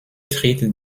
tritt